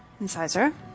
Incisor